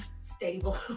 stable